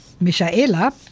Michaela